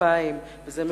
ואינן מייצרות מקומות עבודה.